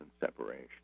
separation